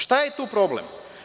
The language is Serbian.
Šta je tu problem?